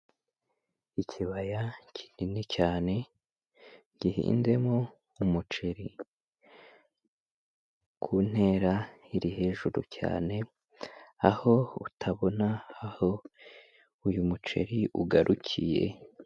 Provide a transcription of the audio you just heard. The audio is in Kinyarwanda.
Ikibaya kinini cyane gihinzemo umuceri ku ntera iri hejuru cyane, aho utabona aho uyu muceri ugarukiye.